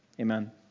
Amen